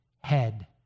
head